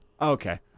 Okay